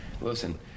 listen